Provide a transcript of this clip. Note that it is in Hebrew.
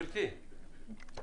חייבת",